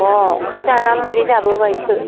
अह ओंखाम जानानै मुलि जाबावबायसो